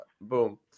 Boom